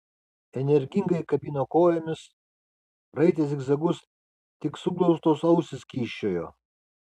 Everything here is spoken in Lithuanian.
energingai kabino kojomis raitė zigzagus tik suglaustos ausys kyščiojo